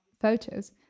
photos